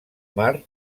mar